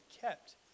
kept